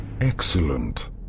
Excellent